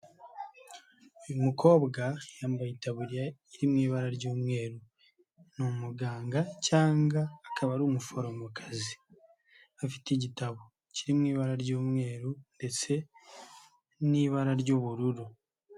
Uyu mukobwa yambaye itaburiya iri mu ibara ry'umweru, ni umuganga cyangwa akaba ari umuforomokazi, afite igitabo, kiri mu ibara ry'umweru ndetse n'ibara ry'ubururu.